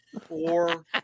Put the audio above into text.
four